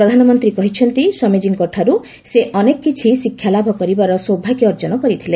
ପ୍ରଧାନମନ୍ତ୍ରୀ କହିଛନ୍ତି ସ୍ୱାମିଜୀଙ୍କଠାରୁ ସେ ଅନେକ କିଛି ଶିକ୍ଷା ଲାଭ କରିବାର ସୌଭାଗ୍ୟ ଅର୍ଜନ କରିଥିଲେ